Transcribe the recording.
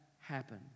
happen